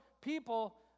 people